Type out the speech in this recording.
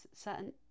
certain